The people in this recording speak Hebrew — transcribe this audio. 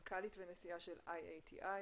מנכ"לית ונשיאה של IATI,